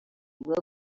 will